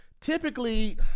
Typically